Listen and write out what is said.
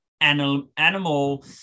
animal